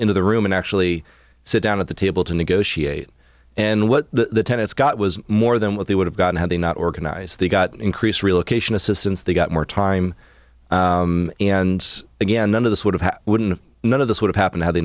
into the room and actually sit down at the table to negotiate and what the tenants got was more than what they would have gotten had they not organized they got increased relocation assistance they got more time and again none of this would have wouldn't have none of this would have happened had they